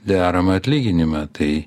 deramą atlyginimą tai